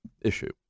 issue